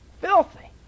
Filthy